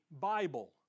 Bible